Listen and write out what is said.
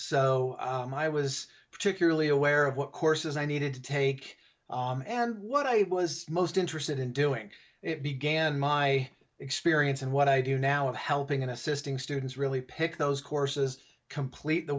so i was particularly aware of what courses i needed to take and what i was most interested in doing it began my experience and what i do now is helping in assisting students really pick those courses complete the